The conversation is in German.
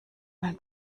mein